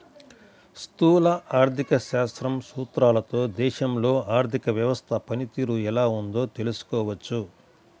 స్థూల ఆర్థిక శాస్త్రం సూత్రాలతో దేశంలో ఆర్థిక వ్యవస్థ పనితీరు ఎలా ఉందో తెలుసుకోవచ్చు